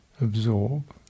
absorb